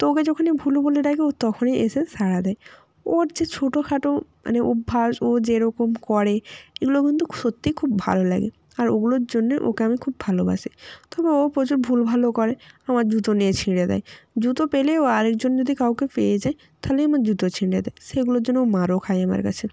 তো ওকে যখনই ভুলু বলে ডাকি তখনই এসে সাড়া দেয় ওর যে ছোটোখাটো মানে অভ্যাস মানে ও যেরকম করে এগুলো কিন্তু সত্যি খুব ভালো লাগে আর ওগুলোর জন্যই ওকে আমি খুব ভালোবাসি তবে ও প্রচুর ভুল ভালও করে আমার জুতো নিয়ে ছিঁড়ে দেয় জুতো পেলে ও আরেকজন যদি কাউকে পেয়ে যায় তাহলে আমার জুতো ছিঁড়ে দেয় সেগুলোর জন্য ও মারও খায় আমার কাছে